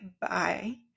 Bye